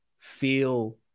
feel